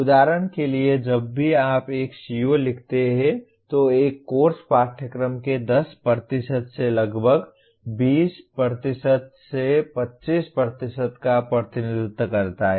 उदाहरण के लिए जब भी आप एक CO लिखते हैं तो एक कोर्स पाठ्यक्रम के 10 से लगभग 20 25 का प्रतिनिधित्व करता है